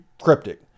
cryptic